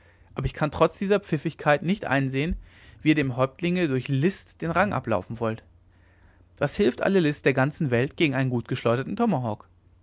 aber ich kann trotz dieser pfiffigkeit nicht einsehen wie ihr dem häuptlinge durch list den rang ablaufen wollt was hilft alle list die list der ganzen welt gegen einen gut geschleuderten tomahawk